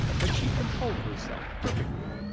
but she controlled herself perfectly.